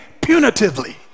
punitively